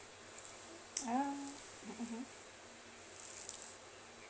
ah mmhmm